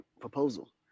proposal